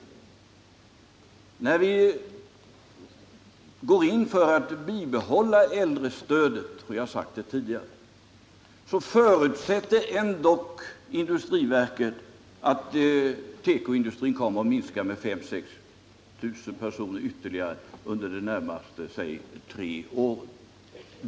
Vi har sagt tidigare att vi går in för att bibehålla äldrestödet. Ändock förutsätter industriverket att tekoindustrin kommer att minska med 5 000 eller 6 000 personer ytterligare under låt mig säga de närmaste tre åren.